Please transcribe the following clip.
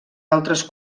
altres